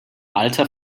alter